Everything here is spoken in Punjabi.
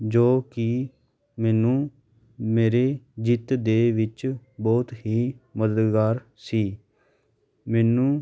ਜੋ ਕਿ ਮੈਨੂੰ ਮੇਰੀ ਜਿੱਤ ਦੇ ਵਿੱਚ ਬਹੁਤ ਹੀ ਮਦਦਗਾਰ ਸੀ ਮੈਨੂੰ